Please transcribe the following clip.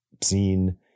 seen